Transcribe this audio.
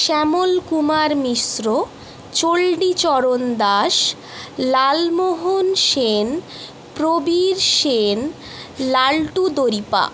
Shyamal Kumar Mishra Chandicharan Das Lal Mohan Sen Prabir Sen Laltu Daripa